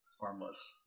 harmless